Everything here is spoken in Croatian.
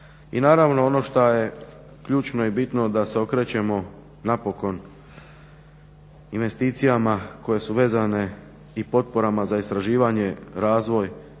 I naravno ono što je ključno i bitno da se okrećemo napokon investicijama koje su vezane i potporama za istraživanje, razvoj